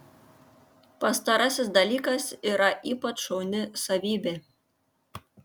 pastarasis dalykas yra ypač šauni savybė